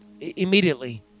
Immediately